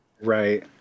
Right